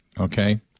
okay